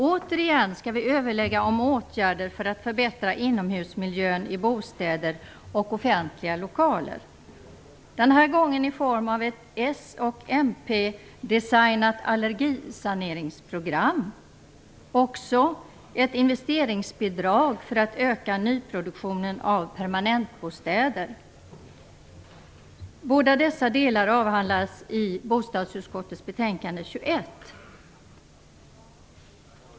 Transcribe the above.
Återigen skall vi överlägga om åtgärder för att förbättra inomhusmiljön i bostäder och offentliga lokaler, denna gång i form av ett s och mp-designat allergisaneringsprogram liksom också ett investeringsbidrag för att öka nyproduktionen av permanentbostäder. Båda dessa ärenden avhandlas i bostadsutskottets betänkande nr 21.